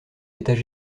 états